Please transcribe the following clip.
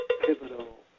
pivotal